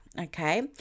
Okay